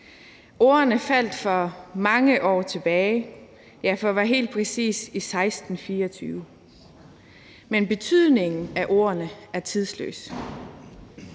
Ordene faldt for mange år siden, ja, for at være helt præcis var det i 1624. Men betydningen af ordene er tidløs.